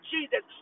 Jesus